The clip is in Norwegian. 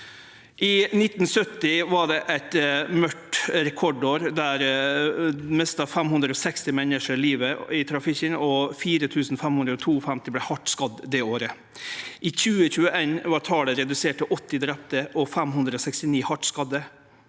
1970 var eit mørkt rekordår. Då mista 560 menneske livet i trafikken, og 4 552 vart hardt skadde det året. I 2021 var talet redusert til 80 drepne og 569 hardt skadde.